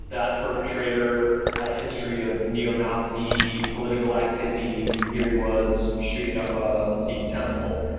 that perpetrator had a history of neo-nazi political activity. here he was shooting up a sikh temple.